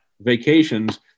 vacations